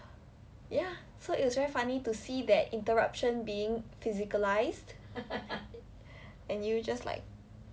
ya so it was very funny to see that interruption being physicalized and you just like